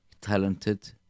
talented